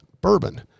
bourbon